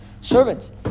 servants